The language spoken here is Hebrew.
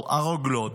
הרוגלות,